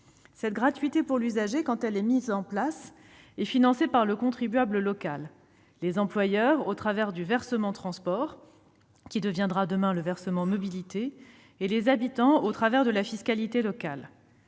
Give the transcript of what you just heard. la gratuité est mise en oeuvre, elle est financée par le contribuable local : les employeurs au travers du versement transport, qui deviendra bientôt le versement mobilité, et les habitants au travers de la fiscalité locale.